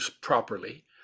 properly